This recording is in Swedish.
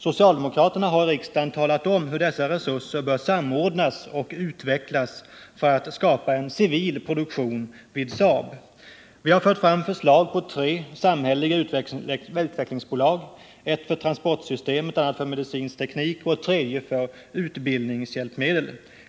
Socialdemokraterna har i riksdagen talat om hur dessa resurser bör samordnas och utvecklas för att skapa en civil produktion vid Saab. Vi har fört fram förslag på tre samhälleliga utvecklingsbolag: ett för transportsystem, ett annat för medicinsk teknik och ett tredje för utbildningshjälpmedel.